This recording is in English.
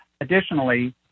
Additionally